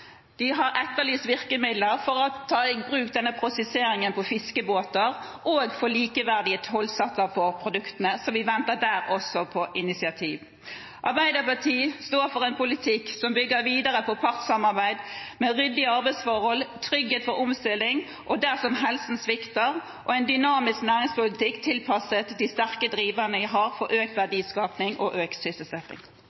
de har etterlyst virkemidler for å ta i bruk denne prosesseringen på fiskebåter og for likeverdige tollsatser på produktene, så også der venter vi på initiativ. Arbeiderpartiet står for en politikk som bygger videre på partssamarbeid med ryddige arbeidsforhold, trygghet for omstilling og dersom helsen svikter, og en dynamisk næringspolitikk tilpasset de sterke driverne vi har for økt